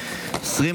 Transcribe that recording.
נתקבלה.